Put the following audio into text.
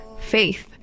Faith